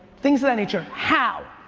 things of that nature. how?